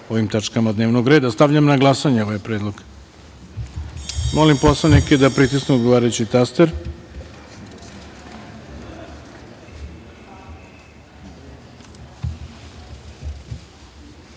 o ovim tačkama dnevnog reda. Stavljam na glasanje ovaj predlog. Molim poslanike da pritisnu odgovarajući